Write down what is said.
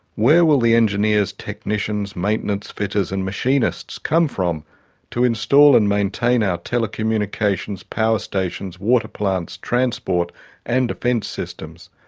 where will the engineers, technicians, maintenance fitters and machinists come from to install and maintain our telecommunications, power stations, water plants, transport and defence systems?